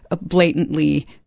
blatantly